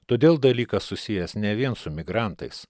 todėl dalykas susijęs ne vien su migrantais